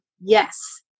Yes